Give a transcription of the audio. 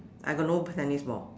I got no tennis ball